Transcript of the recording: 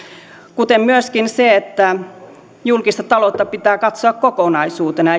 kuten myöskin se että julkista taloutta pitää katsoa kokonaisuutena